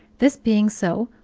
this being so,